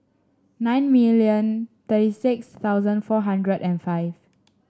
nine million thirty six thousand four hundred and five